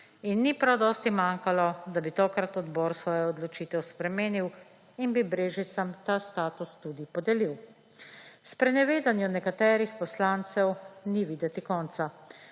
In ni prav dosti manjkalo, da bi tokrat odbor svojo odločitev spremenil in bi Brežicam ta status tudi podelil. Sprenevedanju nekaterih poslancev ni videti konca.